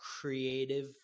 creative